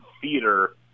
theater